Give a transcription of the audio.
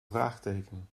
vraagteken